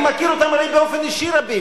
אני הרי מכיר רבים באופן אישי.